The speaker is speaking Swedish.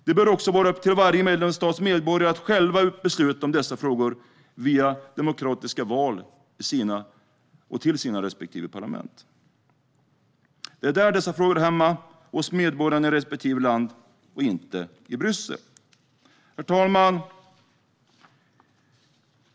Det bör också vara upp till varje medlemsstats medborgare att själva besluta om dessa frågor via demokratiska val till sina respektive parlament. Det är där dessa frågor hör hemma: hos medborgarna i respektive land och inte i Bryssel. Herr talman!